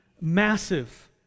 massive